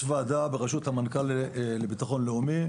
יש ועדה ברשות המנכ"ל לביטחון לאומי,